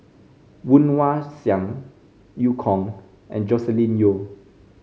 Woon Wah Siang Eu Kong and Joscelin Yeo